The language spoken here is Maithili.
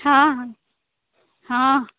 हँ हँ